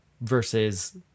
versus